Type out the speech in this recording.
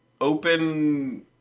open